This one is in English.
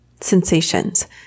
sensations